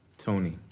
tony.